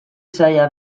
zaila